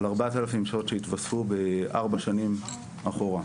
על 4,000 שעות שהתווספו בארבע שנים אחורה,